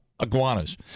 iguanas